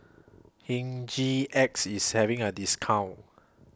Hygin X IS having A discount